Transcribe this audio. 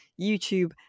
YouTube